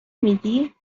میدی